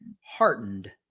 heartened